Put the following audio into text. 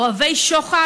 אוהבי שוחד,